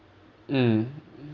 mm